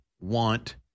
want